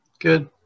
good